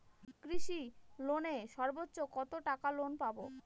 কৃষি লোনে সর্বোচ্চ কত টাকা লোন পাবো?